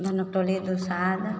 Dhanuktoli Dusadh